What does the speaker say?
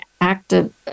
active